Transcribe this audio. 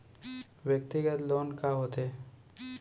व्यक्तिगत लोन का होथे?